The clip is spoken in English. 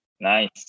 nice